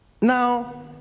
Now